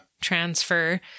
transfer